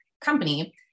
company